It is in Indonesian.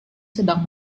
sedang